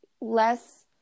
less